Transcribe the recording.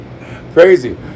Crazy